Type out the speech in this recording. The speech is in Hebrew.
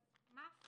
אז מה עשינו?